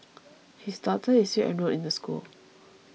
his daughter is still enrolled in the school